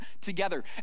together